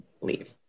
leave